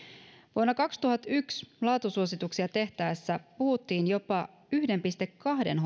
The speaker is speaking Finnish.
vuonna kaksituhattayksi laatusuosituksia tehtäessä puhuttiin jopa yhden pilkku kahden